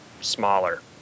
smaller